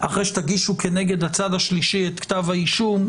אחרי שתגישו כנגד הצד השלישי את כתב האישום,